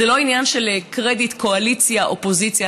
זה לא עניין של קרדיט, קואליציה, אופוזיציה.